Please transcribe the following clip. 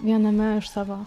viename iš savo